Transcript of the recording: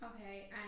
Okay